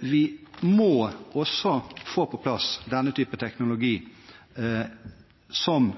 vi må også få på plass denne typen teknologi som